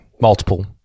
multiple